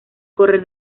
correr